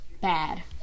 bad